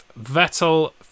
Vettel